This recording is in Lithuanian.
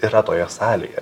yra toje salėje